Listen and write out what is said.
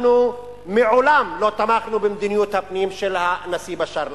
אנחנו מעולם לא תמכנו במדיניות הפנים של הנשיא בשאר אל-אסד.